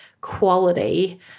quality